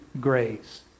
grace